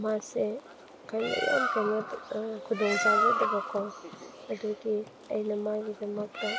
ꯃꯥꯁꯦ ꯀꯩꯅꯣ ꯌꯥꯝ ꯀꯩꯅꯣ ꯈꯨꯗꯣꯡ ꯆꯥꯖꯗꯕ ꯀꯣ ꯑꯗꯨꯒꯤ ꯑꯩꯅ ꯃꯥꯒꯤꯗꯃꯛꯇ